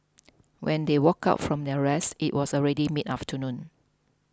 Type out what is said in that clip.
when they woke up from their rest it was already mid afternoon